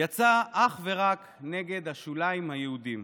יצא אך ורק נגד השוליים היהודים.